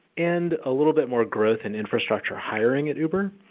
and a little bit more growth in infrastructure hiring at uber,